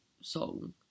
song